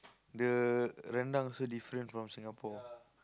the rendang also different from Singapore